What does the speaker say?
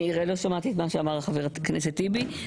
לא שמעתי מה אמר חבר הכנסת טיבי.